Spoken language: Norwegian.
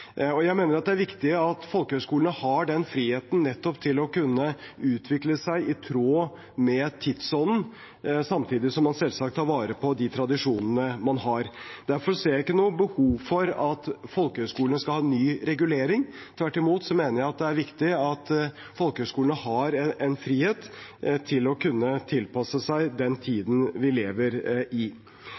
Jeg mener at det er viktig at folkehøyskolene har den friheten nettopp til å kunne utvikle seg i tråd med tidsånden, samtidig som man selvsagt tar vare på de tradisjonene man har. Derfor ser jeg ikke noe behov for at folkehøyskolene skal ha ny regulering. Tvert imot mener jeg det er viktig at folkehøyskolene har en frihet til å kunne tilpasse seg den tiden vi lever i.